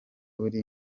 uri